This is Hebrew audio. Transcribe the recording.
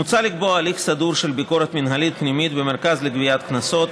מוצע לקבוע הליך סדור של ביקורת מינהלית פנימית במרכז לגביית קנסות,